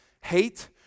hate